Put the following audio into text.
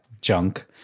junk